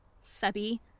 Subby